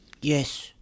Yes